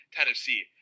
Tennessee